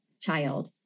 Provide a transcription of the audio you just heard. child